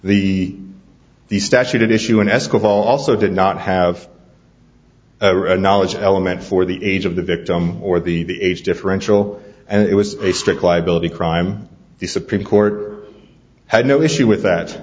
the statute at issue an escort also did not have a knowledge element for the age of the victim or the age differential and it was a strict liability crime the supreme court had no issue with that